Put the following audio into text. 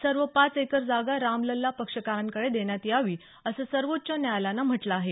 सर्व पाच एकर जागा रामलछा पक्षकारांकडे देण्यात यावी असं सर्वोच्च न्यायालयानं म्हटलं आहे